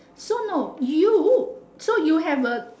so no you so you have a